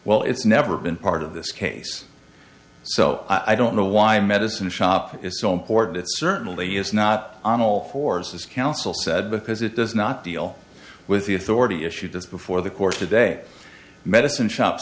well it's never been part of this case so i don't know why medicine shop is so important it certainly is not onil forces council said because it does not deal with the authority issue that's before the courts today medicine shop